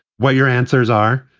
well, your answers are.